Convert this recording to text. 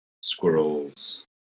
squirrels